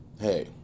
hey